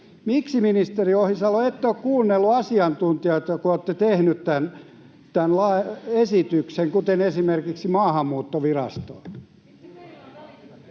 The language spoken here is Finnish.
Miksi, ministeri Ohisalo, ette ole kuunnellut asiantuntijoita, kun olette tehnyt tämän esityksen, esimerkiksi Maahanmuuttovirastoa?